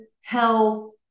health